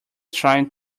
trying